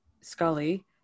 Scully